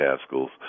Haskell's